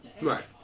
Right